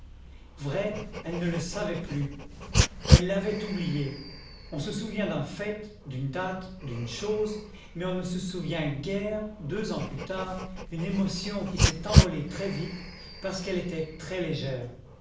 vrai elle ne le savait plus elle l'avait oublié on se souvient d'un fait d'une date d'une chose mais on ne se souvient guère deux ans plus tard d'une émotion qui s'est envolée très vite parce qu'elle était très légère